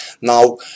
Now